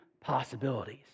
possibilities